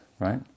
right